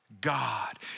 God